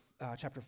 chapter